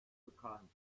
bekannt